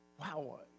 Wow